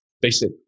basic